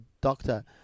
doctor